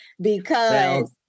because-